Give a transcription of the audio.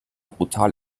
brutal